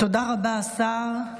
תודה רבה, השר.